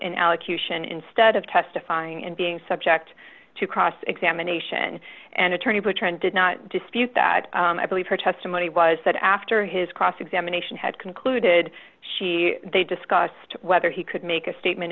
an allocution instead of testifying and being subject to cross examination an attorney for trent did not dispute that i believe her testimony was that after his cross examination had concluded she they discussed whether he could make a statement